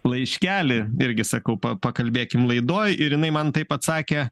laiškelį irgi sakau pakalbėkim laidoje ir jinai man taip atsakė